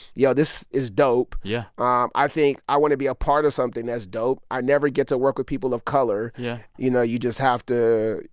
yo, this is dope yeah um i think i want to be a part of something that's dope. i never get to work with people of color yeah you know, you just have to,